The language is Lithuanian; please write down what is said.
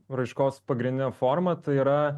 raiškos pagrindinė forma tai yra